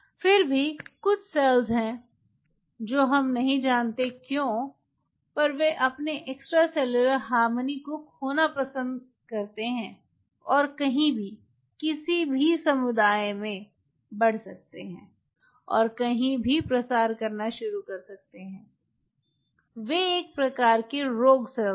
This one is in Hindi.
फिर भी कुछ सेल्स हैं जो हम नहीं जानते क्यों पर वे अपने एक्स्ट्रासेलुलर हार्मोनी को खोना पसंद करते हैं और कहीं भी किसी भी समुदाय में बढ़ सकते हैं और कहीं भी प्रसार करना शुरू कर सकते हैं वे एक प्रकार की रोग सेल्स हैं